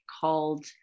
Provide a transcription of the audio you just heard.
called